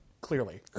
Clearly